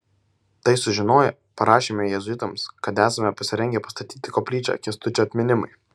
tai sužinoję parašėme jėzuitams kad esame pasirengę pastatyti koplyčią kęstučio atminimui